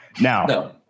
now